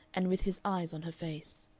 and with his eyes on her face.